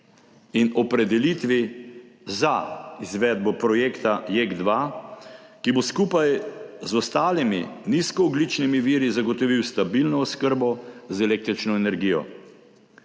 in opredelitvi za izvedbo projekta JEK2, ki bo skupaj z ostalimi nizkoogljičnimi viri zagotovil stabilno oskrbo z električno energijo.